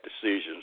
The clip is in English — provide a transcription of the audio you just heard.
decisions